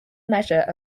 measure